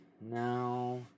Now